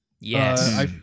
Yes